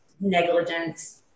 negligence